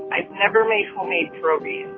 i've never made homemade perogies.